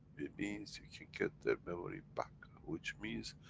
it means you can get their memory back, which means,